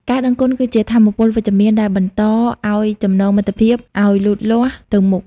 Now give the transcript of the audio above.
ការដឹងគុណគឺជាថាមពលវិជ្ជមានដែលបន្តឱ្យចំណងមិត្តភាពឱ្យលូតលាស់ទៅមុខ។